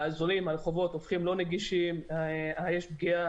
הרחובות הופכים להיות לא נגישים, יש פגיעה